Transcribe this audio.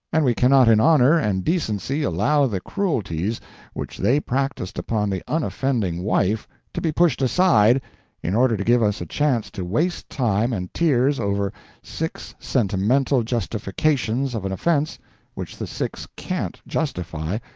and we cannot in honor and decency allow the cruelties which they practised upon the unoffending wife to be pushed aside in order to give us a chance to waste time and tears over six sentimental justifications of an offense which the six can't justify,